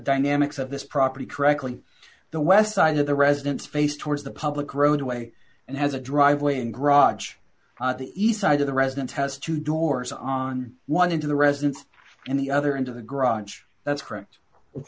dynamics of this property correctly the west side of the residence face towards the public roadway and has a driveway and raj on the east side of the residence has two doors on one into the residence in the other into the grunge that's current